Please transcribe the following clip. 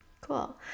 Cool